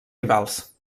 rivals